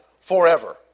forever